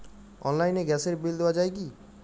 অনলাইনে গ্যাসের বিল দেওয়া যায় কি?